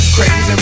Crazy